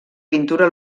pintura